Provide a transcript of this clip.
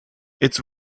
its